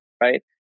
right